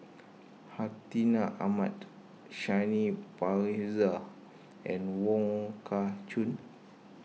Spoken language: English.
Hartinah Ahmad Shanti Pereira and Wong Kah Chun